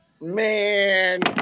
Man